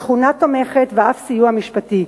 שכונה תומכת ואף סיוע משפטי,